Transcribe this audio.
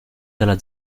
della